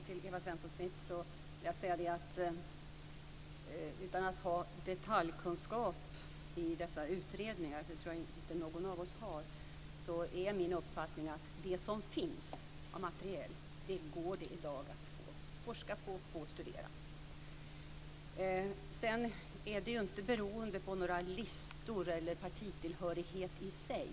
Fru talman! Först vill jag vända mig till Karin Svensson Smith. Utan att ha detaljkunskap i dessa utredningar - det tror jag inte att någon av oss har - är min uppfattning att det som finns av materiel går det i dag att forska på och få studera. Detta är ju inte beroende av några listor, eller på partitillhörighet i sig.